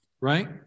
right